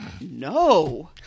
no